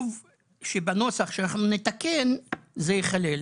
שבנוסח שאנחנו נתקן זה ייכלל,